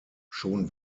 schon